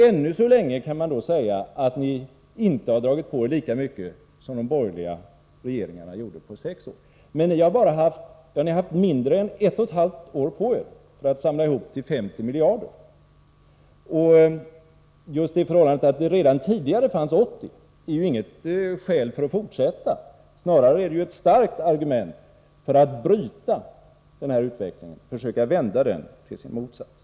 Än så länge kan man säga att ni inte har dragit på er lika mycket som de borgerliga regeringarna gjorde på sex år, men ni har haft mindre än ett och ett halvt år på er för att samla ihop till en skuld på 50 miljarder. Just det förhållandet att det redan tidigare fanns 80 miljarder är inget skäl att fortsätta, snarare är det ett starkt argument för att bryta den här utvecklingen och försöka vända den i motsatt riktning.